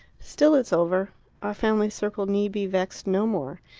still it's over our family circle need be vexed no more.